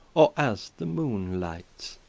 or as the moonelight.